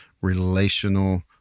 relational